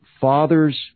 father's